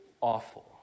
awful